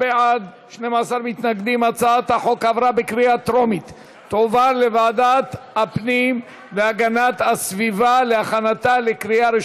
התשע"ו 2016, לוועדת הפנים והגנת הסביבה נתקבלה.